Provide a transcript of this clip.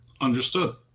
understood